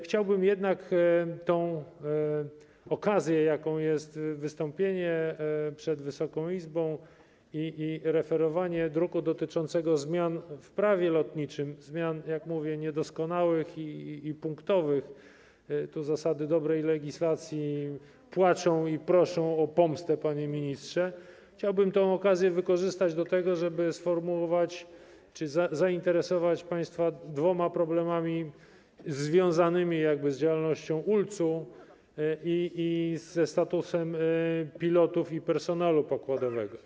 Chciałbym jednak tę okazję, jaką jest wystąpienie przed Wysoką Izbą i referowanie druku dotyczącego zmian w Prawie lotniczym, zmian, jak mówię, niedoskonałych i punktowych - tu zasady dobrej legislacji płaczą i proszą o pomstę, panie ministrze - wykorzystać do tego, żeby sformułować czy zainteresować państwa dwoma problemami związanymi z działalnością ULC i ze statusem pilotów i personelu pokładowego.